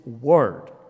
Word